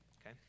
okay